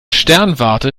sternwarte